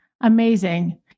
Amazing